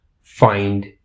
find